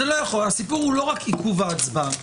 הסיפור הוא לא רק עיכוב ההצבעה.